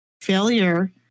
Failure